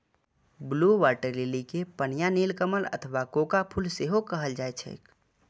blue water lily कें पनिया नीलकमल अथवा कोका फूल सेहो कहल जाइ छैक